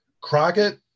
crockett